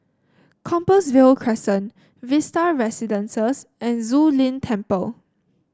Compassvale Crescent Vista Residences and Zu Lin Temple